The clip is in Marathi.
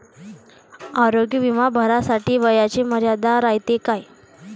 आरोग्य बिमा भरासाठी वयाची मर्यादा रायते काय?